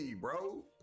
bro